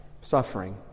suffering